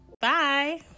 Bye